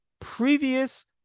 previous